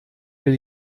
will